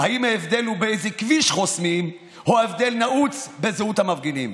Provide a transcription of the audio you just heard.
אם ההבדל הוא באיזה כביש חוסמים או ההבדל נעוץ בזהות המפגינים.